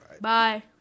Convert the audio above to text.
Bye